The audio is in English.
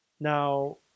Now